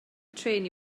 trên